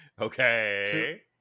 Okay